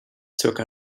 zirka